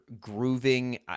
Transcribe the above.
grooving